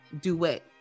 duet